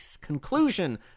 conclusion